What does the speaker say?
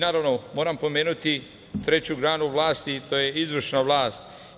Naravno, moram pomenuti treću granu vlasti, to je izvršna vlast.